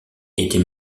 était